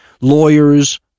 lawyers